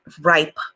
ripe